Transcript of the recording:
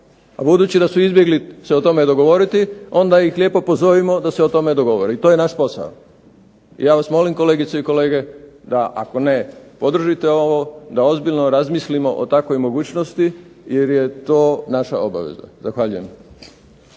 A budući da su izbjegli se o tome dogovoriti, onda ih lijepo pozovimo da se o tome dogovore i to je naš posao. Ja vas molim kolegice i kolege da ako ne podržite ovo, da ozbiljno razmislimo o takvoj mogućnosti, jer je to naša obaveza. Zahvaljujem.